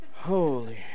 Holy